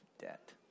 debt